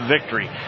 victory